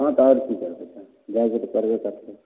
हँ तऽ आओर की करतै तऽ जाइके तऽ पड़बे करतै